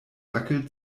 dackel